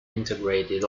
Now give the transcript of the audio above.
integrated